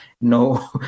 No